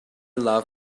love